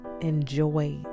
enjoy